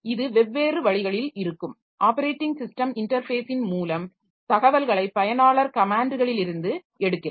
இது வெவ்வேறு வழிகளில் இருக்கும் ஆப்பரேட்டிங் ஸிஸ்டம் இன்டர்ஃபேஸின் மூலம் தகவல்களை பயனாளர் கமேன்ட்களிலிருந்து எடுக்கிறது